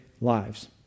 lives